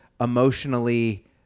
emotionally